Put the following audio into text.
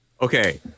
Okay